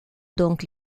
donc